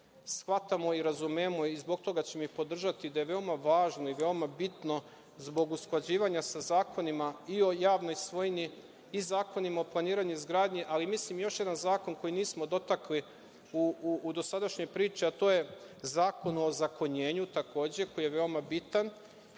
Shvatamo i razumemo i zbog toga ćemo i podržati da je veoma važno i veoma bitno zbog usklađivanja sa zakonima i o javnoj svojini i zakonima o planiranju i izgradnji, ali mislim još jedan zakon koji nismo dotakli u dosadašnjoj priči, a to je Zakon o ozakonjenju, takođe, koji je veoma bitan